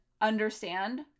understand